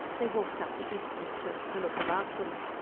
they walked up the eastern slope to look about them.